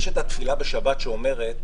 יש את התפילה בשבת שאומרת